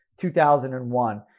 2001